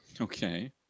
okay